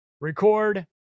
Record